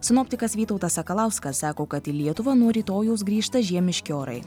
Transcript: sinoptikas vytautas sakalauskas sako kad į lietuvą nuo rytojaus grįžta žiemiški orai